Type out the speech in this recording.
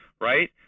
right